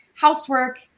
housework